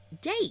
date